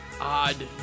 odd